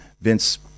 Vince